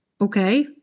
Okay